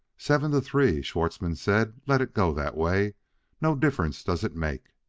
seven to three, schwartzmann said let it go that way no difference does it make.